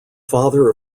father